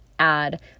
add